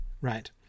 Right